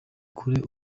kure